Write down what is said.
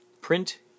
Print